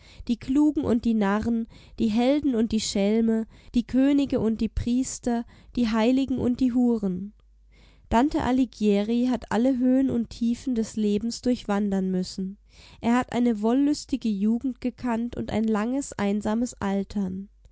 die klugen und die narren die helden und die schelme die könige und die priester die heiligen und die huren dante alighieri hat alle höhen und tiefen des lebens durchwandern müssen er hat eine wollüstige jugend gekannt und langes einsames altern